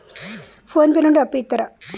Phone pay నుండి అప్పు ఇత్తరా?